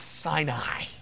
Sinai